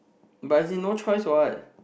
but is in no choice what